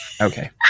okay